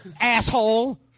asshole